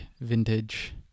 vintage